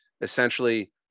essentially